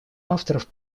авторов